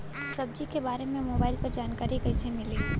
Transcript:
सब्जी के बारे मे मोबाइल पर जानकारी कईसे मिली?